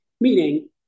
meaning